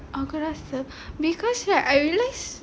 aku rasa because right I realise